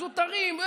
זוטרים.